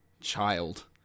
Child